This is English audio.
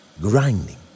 grinding